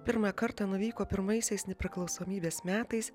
pirmą kartą nuvyko pirmaisiais nepriklausomybės metais